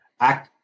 act